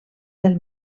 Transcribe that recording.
del